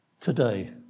today